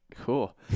Cool